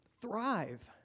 thrive